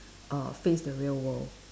uh face the real world